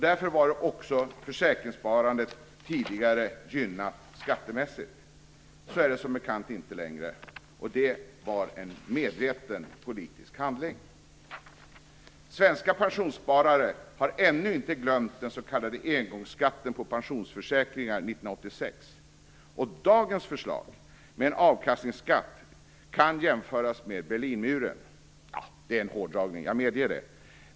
Därför var också försäkringssparandet tidigare skattemässigt gynnat, vilket det som bekant inte längre är. Det var fråga om en medveten politisk handling. Svenska pensionssparare har ännu inte glömt den s.k. engångsskatten på pensionsförsäkringar 1986. Dagens förslag om en avkastningsskatt kan jämföras med Berlinmuren. Det är en hårdragning, medger jag.